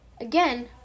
again